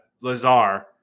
Lazar